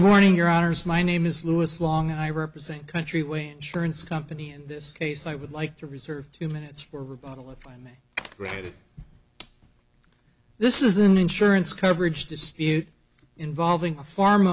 morning your honor is my name is lewis long and i represent country way insurance company in this case i would like to reserve two minutes for rebuttal if i may granted this is an insurance coverage dispute involving a farm